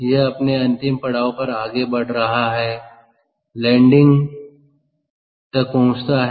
यह अपने अंतिम पड़ाव पर आगे बढ़ रहा हैसंदर्भ समय 1700 लैंडिंग संदर्भ समय 1701 संदर्भ समय 1704 तक पहुंचता है